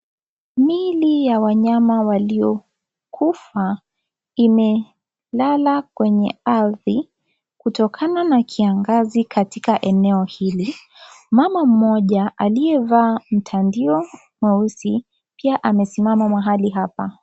Mili ya wanyama iliyokufa imelala kwenye ardhi kutokana na kiangazi katika eneo hili. Mama mmoja aliyevaa mtandio mweusi pia amesimama mahali hapa.